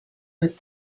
with